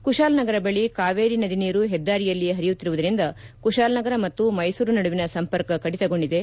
ಕುಶಾಲನಗರ ಬಳಿ ಕಾವೇರಿ ನದಿ ನೀರು ಹೆದ್ದಾರಿಯಲ್ಲಿಯೇ ಹರಿಯುತ್ತಿರುವುದರಿಂದ ಕುಶಾಲನಗರ ಮತ್ತು ಮೈಸೂರು ನದುವಿನ ಸಂಪರ್ಕ ಕಡಿತಗೊಂಡಿದೆ